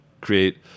create